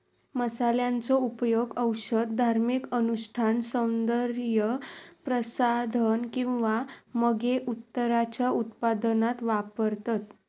मसाल्यांचो उपयोग औषध, धार्मिक अनुष्ठान, सौन्दर्य प्रसाधन किंवा मगे उत्तराच्या उत्पादनात वापरतत